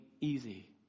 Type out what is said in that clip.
easy